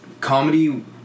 comedy